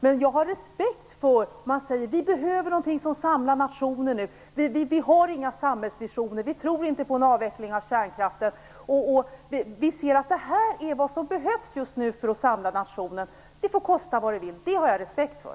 Men jag har respekt för att man tycker att det behövs någonting som samlar nationen, att man inte tycker att det finns några samhällsvisioner och att man inte tror på en avveckling av kärnkraften. Man ser att detta är vad som behövs just nu för att samla nationen och att det får kosta vad det kosta vill. Det har jag respekt för.